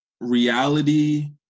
reality